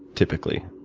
typically?